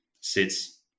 sits